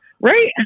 Right